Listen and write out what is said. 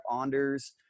Anders